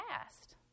past